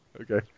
Okay